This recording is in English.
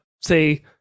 say